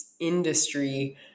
industry